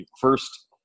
first